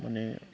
मानि